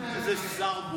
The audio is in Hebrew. איזה שר?